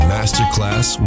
Masterclass